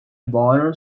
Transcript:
borrow